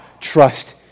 Trust